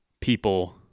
people